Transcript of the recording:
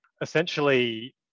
Essentially